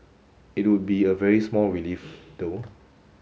it would be a very small relief though